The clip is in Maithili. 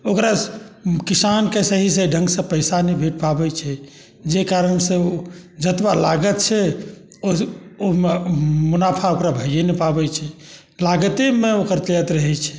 ओकरा किसानके सहीसँ ढङ्गसँ पइसा नहि भेट पाबै छै जाहि कारणसँ ओ जतबा लागत छै ओहिमे मुनाफा ओकरा भैए नहि पाबै छै लागतेमे ओकर जाइत रहै छै